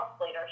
later